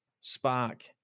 Spark